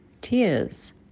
tears